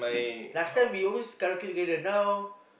last time we always karaoke together now